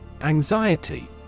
Anxiety